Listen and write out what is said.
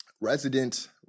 resident